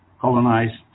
colonized